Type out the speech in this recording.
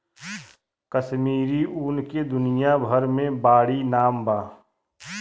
कश्मीरी ऊन के दुनिया भर मे बाड़ी नाम बा